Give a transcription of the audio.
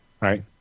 Right